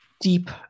deep